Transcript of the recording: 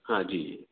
हाँ जी